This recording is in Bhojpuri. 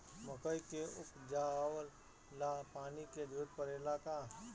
मकई के उपजाव ला पानी के जरूरत परेला का?